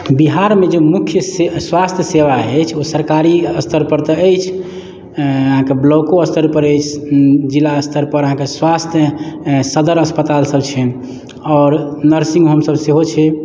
बिहार मे जे मुख्य स्वास्थ्य सेवा अछि ओ सरकारी स्तर पर तऽ अछि अहाँके ब्लॉको स्तर पर अछि जिला स्तर पर अहाँके स्वास्थ्य सदर अस्पताल सब छै आओर नर्सिंग होम सब सेहो छै